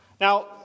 Now